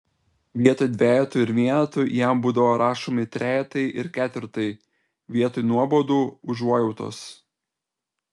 vietoj dvejetų ir vienetų jam būdavo rašomi trejetai ir ketvirtai vietoj nuobaudų užuojautos